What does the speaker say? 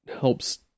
helps